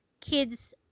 kids